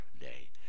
day